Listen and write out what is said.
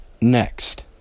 Next